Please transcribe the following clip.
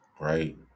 right